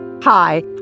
Hi